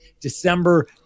December